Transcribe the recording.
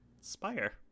Spire